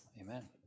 Amen